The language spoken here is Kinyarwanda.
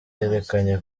yerekanye